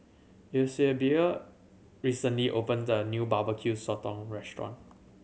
Eusebio recently opened a new Barbecue Sotong restaurant